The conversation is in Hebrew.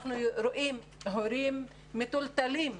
אנחנו רואים הורים מטולטלים,